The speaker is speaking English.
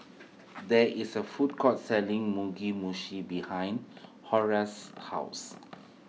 there is a food court selling Mugi Meshi behind Horace's house